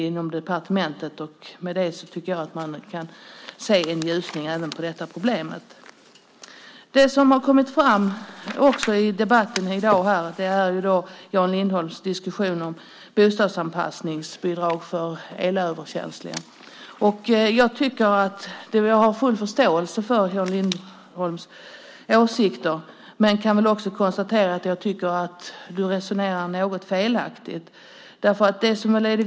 Inom departementet pågår dock ett arbete. Därmed tycker jag att man kan se en ljusning även när det gäller detta problem. En annan sak som kommit fram i debatten här i dag är det som Jan Lindholm diskuterar om bostadsanpassningsbidrag för elöverkänsliga. Jag har full förståelse för dina åsikter, Jan Lindholm. Men jag tycker att du resonerar något felaktigt.